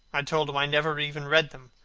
i told him i never even read them.